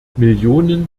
millionen